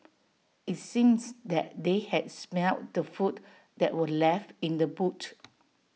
IT seems that they had smelt the food that were left in the boot